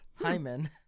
Hyman